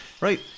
Right